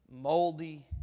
moldy